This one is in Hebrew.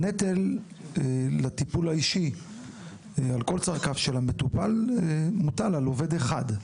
הנטל לטיפול האישי בכל צרכיו של המטופל מוטל על עובד אחד.